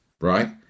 right